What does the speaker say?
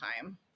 time